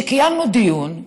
קיימנו דיון,